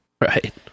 Right